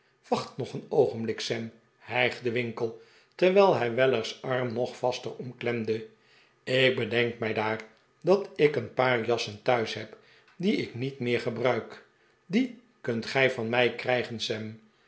wacht nog een oogenblik sam hijgde winkle terwijl hij wellers arm nog vaster omklemde ik bedenk mij daar dat ik een paar jassen thuis heb die ik niet meer gebruik die kunt gij van mij krijgen sam